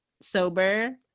sober